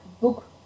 book